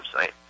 website